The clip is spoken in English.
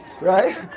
right